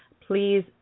please